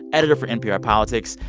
editor for npr politics.